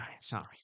Sorry